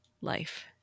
life